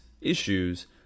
issues